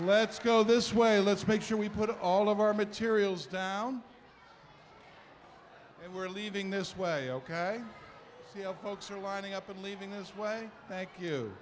let's go this way let's make sure we put all of our materials down and we're leaving this way ok here folks are lining up and leaving this way thank you